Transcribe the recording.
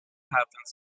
happens